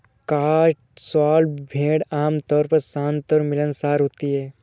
Cotswold भेड़ आमतौर पर शांत और मिलनसार होती हैं